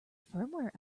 firmware